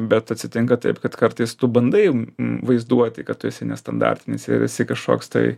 bet atsitinka taip kad kartais tu bandai vaizduoti kad tu esi nestandartinis ir esi kažkoks tai